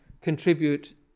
contribute